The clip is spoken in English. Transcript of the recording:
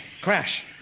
Crash